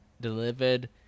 delivered